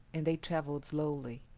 and they travelled slowly.